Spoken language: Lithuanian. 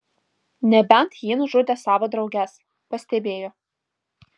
nebent ji nužudė savo drauges pastebėjo